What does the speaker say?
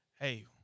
hey